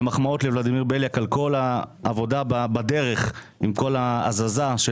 ומחמאות לולדימיר בליאק על כל העבודה בדרך עם כל ההזזה,